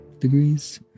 degrees